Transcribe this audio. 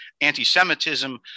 anti-Semitism